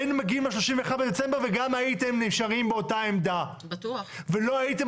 היינו מגיעים ל-31 בדצמבר וגם הייתם נשארים באותה עמדה ולא הייתם